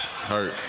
Hurt